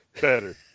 Better